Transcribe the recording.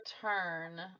turn